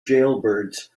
jailbirds